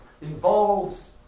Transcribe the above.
involves